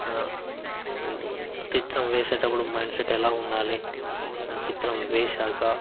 చిత్రం వేసేటప్పుడు మైండ్సెట్ ఎలా ఉండాలి చిత్రం వేశాక